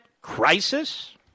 crisis